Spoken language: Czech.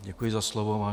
Děkuji za slovo.